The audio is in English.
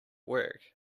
work